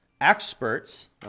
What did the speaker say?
Experts